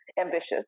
ambitious